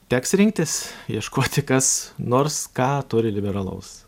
teks rinktis ieškoti kas nors ką turi liberalaus